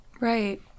Right